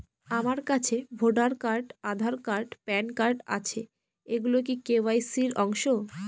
আমার কাছে voter card Aadhaar card PAN card আছে এগুলো কি কে.ওয়াই.সি র অংশ?